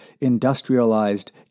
industrialized